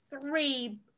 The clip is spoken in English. three